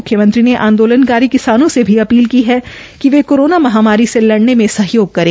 मुख्यमंत्री ने आंदोलनकारी किसानों से भी अपील की है कि वे कोरोना महामारी से लडऩे में सहयोग करें